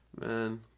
man